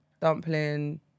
dumpling